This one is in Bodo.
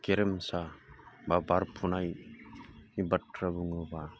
गेरेमसा बा बारफुनाय बाथ्रा बुङोबा